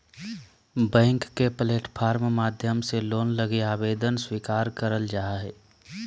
bank के platform माध्यम से लोन लगी आवेदन स्वीकार करल जा हय